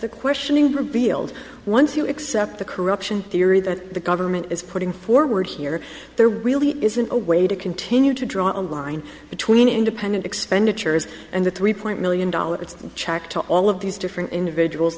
the questioning revealed once you accept the corruption theory that the government is putting forward here there really isn't a way to continue to draw a line between independent expenditures and the three point million dollars check to all of these different individuals